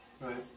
Right